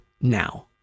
now